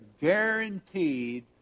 guaranteed